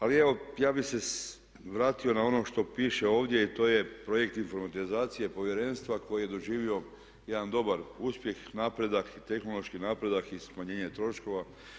Ali evo, ja bih se vratio na ono što piše ovdje i to je projekt informatizacije Povjerenstva koji je doživio jedan dobar uspjeh, napredak i tehnološki napredak i smanjenje troškova.